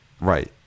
right